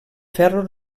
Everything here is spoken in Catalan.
ferro